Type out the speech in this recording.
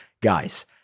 Guys